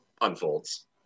unfolds